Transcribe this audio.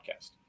podcast